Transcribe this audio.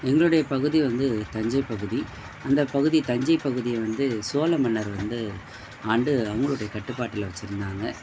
எங்களுடையப் பகுதி வந்து தஞ்சைப் பகுதி அந்தப் பகுதி தஞ்சைப் பகுதியை வந்து சோழ மன்னர் வந்து ஆண்டு அவங்களுடைய கட்டுப்பாட்டில வச்சுருந்தாங்க